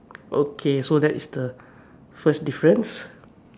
okay so that is the first difference